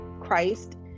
Christ